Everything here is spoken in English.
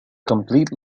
complete